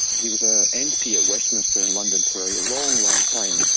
he was a mp at westminster in london for a long, long time.